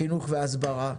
חינוך והסברה,